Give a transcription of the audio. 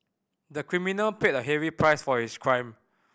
the criminal paid a heavy price for his crime